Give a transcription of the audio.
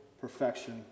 perfection